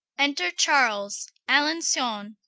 enter charles, alanson,